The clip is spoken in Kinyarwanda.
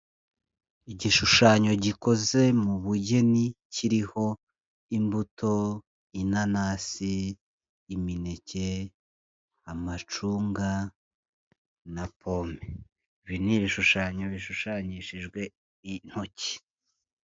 Igishushanyo gikoze mu bugeni kiriho imbuto: inanasi, imineke, amacunga na pome. Ibi ni ibishushanyo bishushanyishijwe intoki.